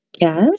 Yes